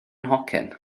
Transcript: nhocyn